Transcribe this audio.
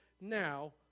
now